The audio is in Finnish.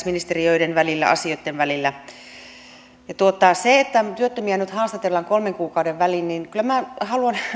ministeriöiden asioitten välillä se että työttömiä nyt haastatellaan kolmen kuukauden välein kyllä minä haluan